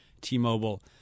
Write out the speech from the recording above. T-Mobile—